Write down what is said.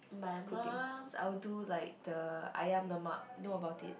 my mum's I'll do like the ayam lemak know about it